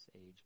age